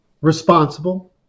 responsible